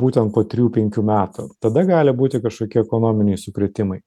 būtent po trijų penkių metų tada gali būti kažkokie ekonominiai sukrėtimai